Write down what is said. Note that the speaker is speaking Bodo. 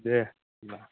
दे होमब्ला